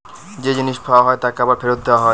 যে জিনিস পাওয়া হয় তাকে আবার ফেরত দেওয়া হয়